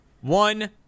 one